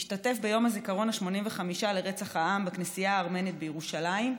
השתתף ביום הזיכרון ה-85 לרצח העם בכנסייה הארמנית בירושלים,